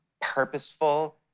purposeful